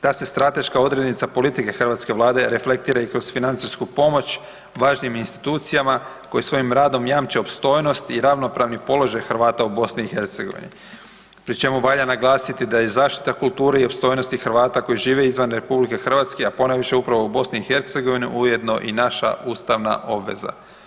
Ta se strateška odrednica politike hrvatske Vlade reflektira i kroz financijsku pomoć važnijim institucijama koje svojim radom jamče opstojnost i ravnopravni položaj Hrvata u BiH-u pri čemu valja naglasiti da je zaštita kulture i opstojnosti Hrvata koji žive izvan RH a pojaviše upravo u BiH-u, ujedno i naša ustavna obveza.